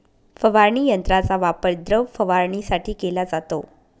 फवारणी यंत्राचा वापर द्रव फवारणीसाठी केला जातो